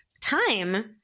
Time